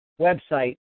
website